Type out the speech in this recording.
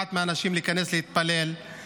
מונעת מאנשים להיכנס ולהתפלל,